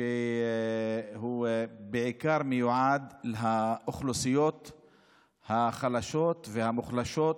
שמיועד בעיקר לאוכלוסיות החלשות והמוחלשות,